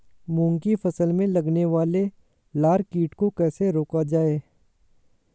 मूंग की फसल में लगने वाले लार कीट को कैसे रोका जाए?